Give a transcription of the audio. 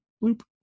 Loop